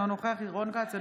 אינו נוכח רון כץ,